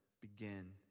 begin